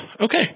Okay